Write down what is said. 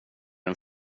den